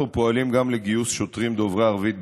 אנחנו פועלים גם לגיוס שוטרים דוברי ערבית בכלל,